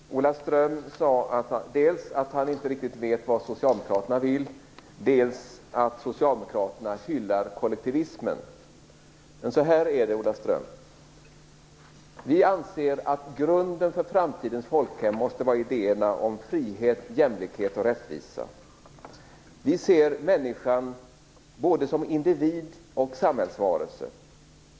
Fru talman! Ola Ström sade dels att han inte riktigt vet vad Socialdemokraterna vill, dels att Socialdemokraterna hyllar kollektivismen. Men så här är det, Ola Ström. Vi anser att grunden för framtidens folkhem måste vara idéerna om frihet, jämlikhet och rättvisa. Vi ser människan som både individ och samhällsvarelse.